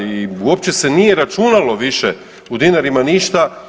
I uopće se nije računalo više u dinarima ništa.